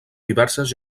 diverses